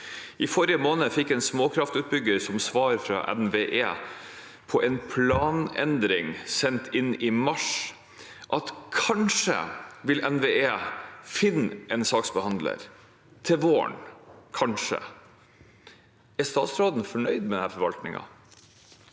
I forrige måned fikk en småkraftutbygger som svar fra NVE på en planendring sendt inn i mars at NVE kanskje vil finne en saksbehandler til våren – kanskje. Er statsråden fornøyd med forvaltningen?